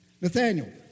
Nathaniel